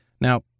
Now